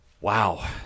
Wow